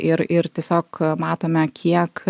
ir ir tiesiog matome kiek